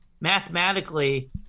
mathematically